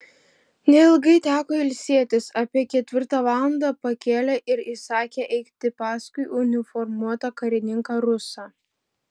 neilgai teko ilsėtis apie ketvirtą valandą pakėlė ir įsakė eiti paskui uniformuotą karininką rusą